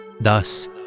Thus